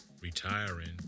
retiring